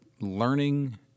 learning